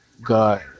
God